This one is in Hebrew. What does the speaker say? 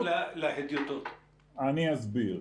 אני אסביר.